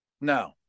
No